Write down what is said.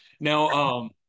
Now